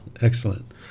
Excellent